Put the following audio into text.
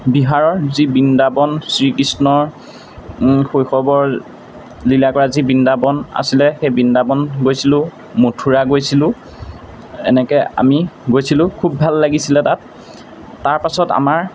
বিহাৰৰ যি বৃন্দাবন শ্ৰীকৃষ্ণৰ শৈশৱৰ লীলা কৰা যি বৃন্দাবন আছিলে সেই বৃন্দাবন গৈছিলোঁ মথুৰা গৈছিলোঁ এনেকৈ আমি গৈছিলোঁ খুব ভাল লাগিছিলে তাত তাৰপাছত আমাৰ